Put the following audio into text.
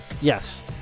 Yes